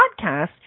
podcast